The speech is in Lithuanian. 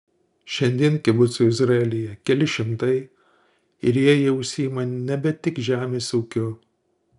šiandien kibucų izraelyje keli šimtai ir jie jau užsiima nebe tik žemės ūkiu